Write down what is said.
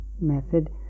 method